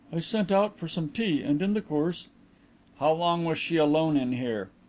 i sent out for some tea, and in the course how long was she alone in here?